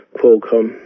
Qualcomm